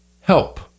help